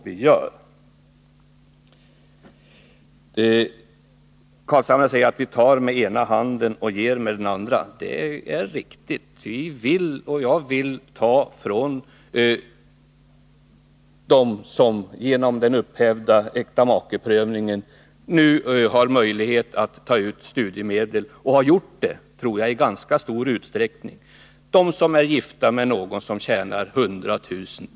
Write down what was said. Nils Carlshamre säger att vi tar med ena handen och ger med den andra. Det är riktigt. Vi vill ta från dem som genom den upphävda äktamakeprövningen nu har möjlighet att ta ut studiemedel — och har gjort det i ganska stor utsträckning. Det gäller dem som är gifta med någon som tjänar 100 000 kr.